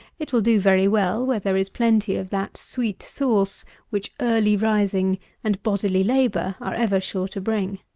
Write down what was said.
it will do very well where there is plenty of that sweet sauce which early rising and bodily labour are ever sure to bring.